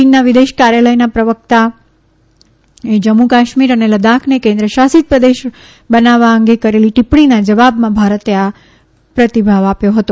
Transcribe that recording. ચીનના વિદેશ કાર્યાલયના પ્રવકતાએ જમ્મુ કાશ્મીર અને લડાખને કેન્દ્ર શાસિત પ્રદેશ બનાવવા અંગે કરેલી ટીપ્પણીના જવાબમાં ભારતે આ પ્રત્યાઘાત આપ્યા હતા